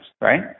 Right